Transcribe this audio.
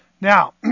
Now